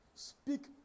Speak